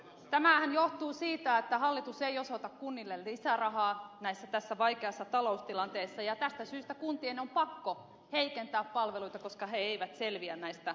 tämähän johtuu siitä että hallitus ei osoita kunnille lisää rahaa tässä vaikeassa taloustilanteessa ja tästä syystä kuntien on pakko heikentää palveluita koska ne eivät selviä näistä talousvaikeuksista